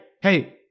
hey